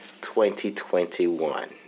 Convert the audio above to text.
2021